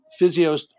Physios